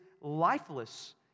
lifeless